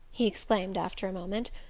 he exclaimed after a moment,